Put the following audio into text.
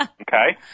Okay